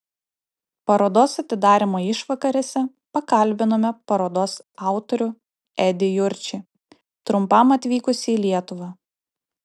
parodos atidarymo išvakarėse pakalbinome parodos autorių edį jurčį trumpam atvykusį į lietuvą